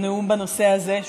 הוא נאום בנושא הזה,